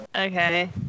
Okay